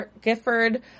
Gifford